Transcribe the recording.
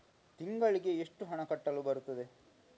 ತಿಂಗಳಿಗೆ ಎಷ್ಟು ಹಣ ಕಟ್ಟಲು ಬರುತ್ತದೆ?